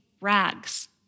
rags